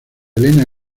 elena